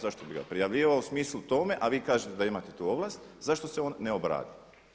Zašto bih ga prijavljivao u smislu tome, a vi kažete da imate tu ovlast, zašto se on ne obrati.